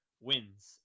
wins